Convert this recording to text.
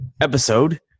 episode